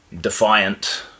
defiant